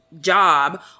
job